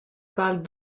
parlent